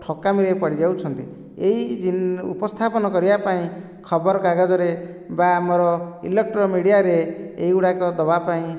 ଠକାମିରେ ପଡ଼ିଯାଉଛନ୍ତି ଏହି ଉପସ୍ଥାପନା କରିବାପାଇଁ ଖବର କାଗଜରେ ବା ଆମର ଇଲେକ୍ଟ୍ରୋନିକ୍ ମିଡ଼ିଆରେ ଏ ଗୁଡ଼ାକ ଦେବାପାଇଁ